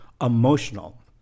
emotional